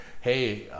hey